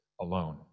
alone